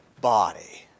body